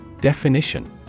Definition